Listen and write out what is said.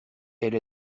elle